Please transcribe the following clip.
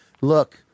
look